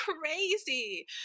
crazy